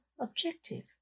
objective